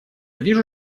вижу